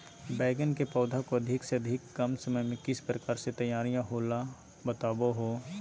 बैगन के पौधा को अधिक से अधिक कम समय में किस प्रकार से तैयारियां होला औ बताबो है?